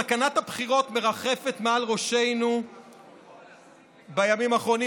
סכנת הבחירות מרחפת מעל ראשנו בימים האחרונים.